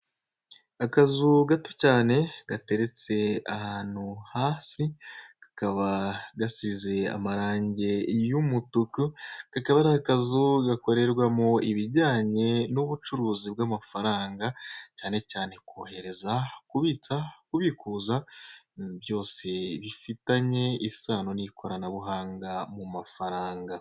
Akazu gato cyane gateretse ahantu hasi, kakaba gasize amarange y'umutuku, kakaba ari akazu gakorerwamo ibijyanye n'ubucuruzi bw'amafaranga cyane cyane kohereza, kubitsa, kubikuza byose bifitanye isano n'ikoranabuhanga mu mafaranga.